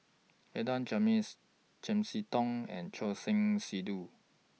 Adan Jimenez Chiam See Tong and Choor Singh Sidhu